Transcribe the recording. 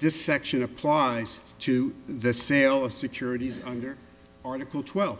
this section applies to the sale of securities under article twelve